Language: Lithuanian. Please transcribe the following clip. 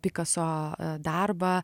pikaso darbą